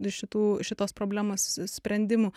šitų šitos problemos sprendimų